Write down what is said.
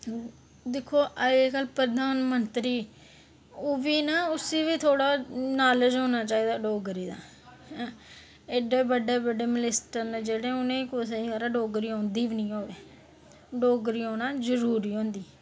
दिक्खो अजकल प्रधानमंत्री ओह्बी ना उसी बी थोह्ड़ा नॉलेज़ होना चाहिदा डोगरी दा एड्डे बड्डे जेह्ड़े मनीस्टर न जेह्के जेह्ड़े न खबरै उंदे च कुसै गी डोगरी औंदी निं होवै डोगरी औना जरूरी होंदी